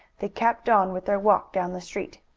they kept on with their walk down the street.